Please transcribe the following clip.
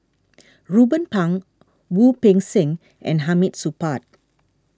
Ruben Pang Wu Peng Seng and Hamid Supaat